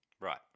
Right